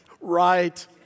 right